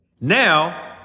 Now